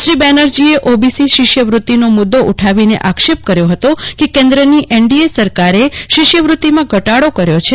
શ્રી બેનરજીએ ઓબીસી શિષ્યવ્રત્તિનો મુદ્દો ઉઠાવીને આક્ષેપ કર્યો હતો કે કેન્દ્રની એનડીએ સરકારે શિષ્યવૃત્તિમાં ઘટાડો કર્યો છે